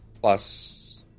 plus